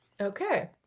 Okay